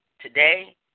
today